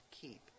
keep